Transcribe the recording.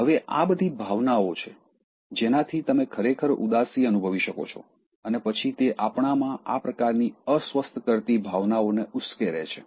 હવે આ બધી ભાવનાઓ છે જેનાથી તમે ખરેખર ઉદાસી અનુભવી શકો છો અને પછી તે આપણામાં આ પ્રકારની અસ્વસ્થ કરતી ભાવનાઓને ઉશ્કેરે છે